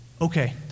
okay